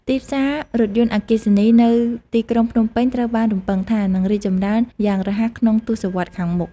ទីផ្សាររថយន្តអគ្គីសនីនៅទីក្រុង ភ្នំពេញ ត្រូវបានរំពឹងថា នឹងរីកចម្រើនយ៉ាងរហ័សក្នុងទសវត្សរ៍ខាងមុខ។